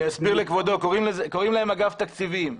אני אסביר לכבודו קוראים להם אגף תקציבים.